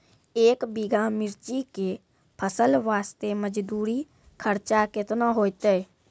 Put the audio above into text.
एक बीघा मिर्ची के फसल वास्ते मजदूरी खर्चा केतना होइते?